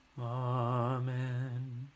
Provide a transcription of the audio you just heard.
Amen